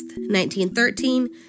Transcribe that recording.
1913